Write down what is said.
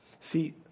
See